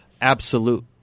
absolute